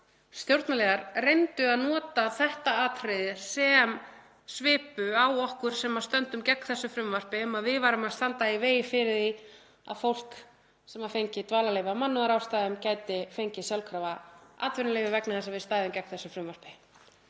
stjórnarliðar reyndu að nota þetta atriði sem svipu á okkur sem stöndum gegn þessu frumvarpi, um að við værum að standa í vegi fyrir því að fólk sem fengi dvalarleyfi af mannúðarástæðum gæti fengið sjálfkrafa atvinnuleyfi vegna þess að við stæðum gegn þessu frumvarpi.